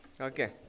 Okay